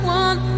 one